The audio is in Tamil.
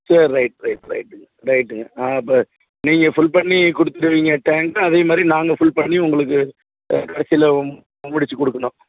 சரி ரைட் ரைட் ரைட்டுங்கள் ரைட்டுங்கள் ஆ ப நீங்கள் ஃபுல் பண்ணிக் கொடுத்துருவீங்க டேங்க்க அதே மாதிரி நாங்கள் ஃபுல் பண்ணி உங்களுக்கு கடைசியில் முடிச்சிக் கொடுக்கணும்